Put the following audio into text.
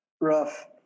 Rough